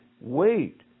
wait